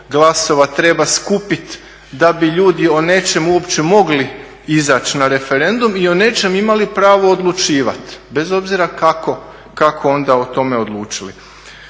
glasova treba skupiti da bi ljudi o nečemu uopće mogli izaći na referendum i o nečem imali pravo odlučivati bez obzira kako onda o tome odlučili.